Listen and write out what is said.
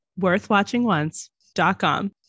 worthwatchingonce.com